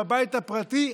בבית הפרטי,